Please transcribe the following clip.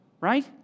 Right